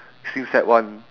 since sec one